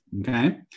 okay